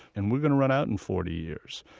and we're going to run out in forty years,